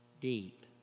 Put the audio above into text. deep